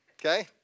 Okay